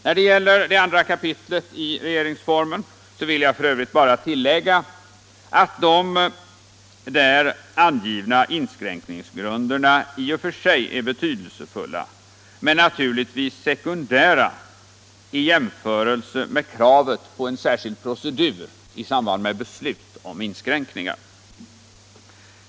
När det gäller det andra kapitlet i regeringsformen vill jag f. ö. bara tillägga att de där angivna inskränkningsgrunderna i 12 och 13 §§ i och för sig är betydelsefulla men naturligtvis sekundära i jämförelse med kravet på en särskild procedur i samband med beslut om inskränkningar.